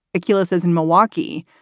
akilah says in milwaukee,